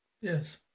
yes